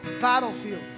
battlefield